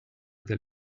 del